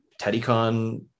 TeddyCon